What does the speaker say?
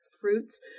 fruits